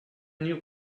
new